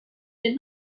did